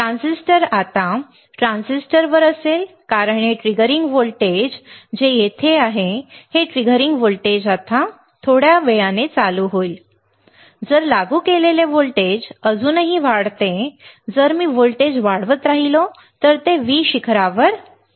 transistor आता ट्रान्झिस्टरवर असेल कारण हे ट्रिगरिंग व्होल्टेज जे येथे आहे हे ट्रिगरिंग व्होल्टेज आता होईल थोड्या वेळाने चालू होईल जर लागू केलेले व्होल्टेज अजूनही वाढते जर मी व्होल्टेज वाढवत राहिलो तर ते व्ही शिखरावर पोहोचेल जे येथे आहे